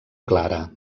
clara